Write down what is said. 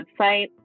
website